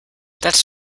that’s